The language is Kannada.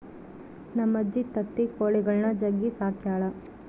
ನಮ್ಮಜ್ಜಿ ತತ್ತಿ ಕೊಳಿಗುಳ್ನ ಜಗ್ಗಿ ಸಾಕ್ಯಳ